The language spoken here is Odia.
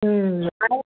ଆଉ